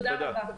תודה רבה.